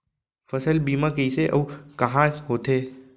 फसल बीमा कइसे अऊ कहाँ होथे?